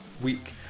week